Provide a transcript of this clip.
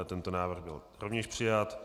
Tento návrh byl rovněž přijat.